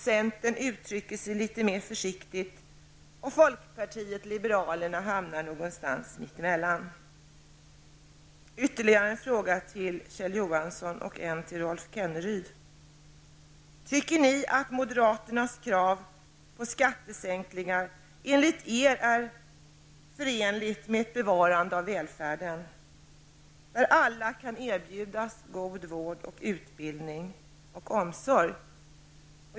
Centern uttrycker sig litet mera försiktigt, och folkpartiet liberalerna hamnar någonstans mittemellan. Jag har ytterligare en fråga till Kjell Johansson och Rolf Kenneryd: Tycker ni att moderaternas krav på skattesänkningar är förenliga med bevarandet av välfärden? Alla skall ju kunna erbjudas god vård, utbildning och omsorg.